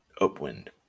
upwind